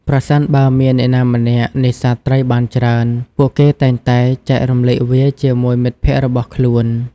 ប្រសិនបើមានអ្នកណាម្នាក់នេសាទត្រីបានច្រើន ពួកគេតែងតែចែករំលែកវាជាមួយមិត្តភក្តិរបស់ខ្លួន។